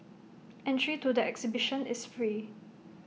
entry to the exhibition is free